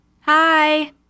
Hi